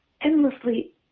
endlessly